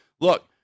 look